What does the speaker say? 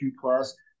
plus